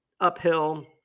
uphill